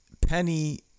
Penny